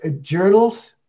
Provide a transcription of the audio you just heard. Journals